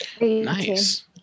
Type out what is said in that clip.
Nice